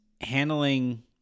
handling